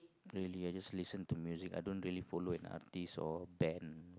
really I just listen to music I don't really follow an artist or band